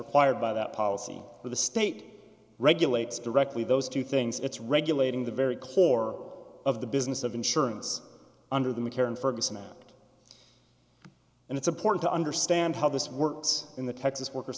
required by that policy for the state regulates directly those two things it's regulating the very core of the business of insurance under the mccarran ferguson act and it's important to understand how this works in the texas worker